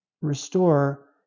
restore